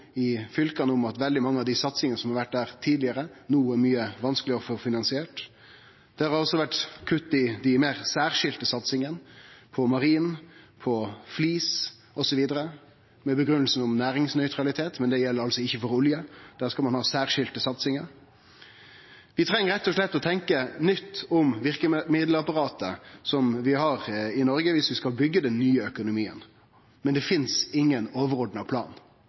om at veldig mange av satsingane som tidlegare har vore i fylka, er mykje vanskelegare å få finansiert no. Det har også vore kutt i dei meir særskilde satsingane – på marin, på flis, osv., med grunngivinga næringsnøytralitet, men det gjeld altså ikkje for olje. Der skal ein ha særskilde satsingar. Viss vi skal byggje den nye økonomien, treng vi rett og slett å tenkje nytt om verkemiddelapparatet vi har i Noreg, men det finst ingen overordna plan. Det finst ingen